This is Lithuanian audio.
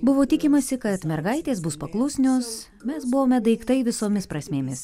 buvo tikimasi kad mergaitės bus paklusnios mes buvome daiktai visomis prasmėmis